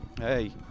hey